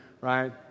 right